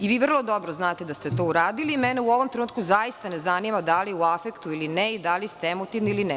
Vi vrlo dobro znate da ste to uradili, a mene u ovom trenutku zaista ne zanima da li u afektu ili ne i da li ste emotivni ili ne.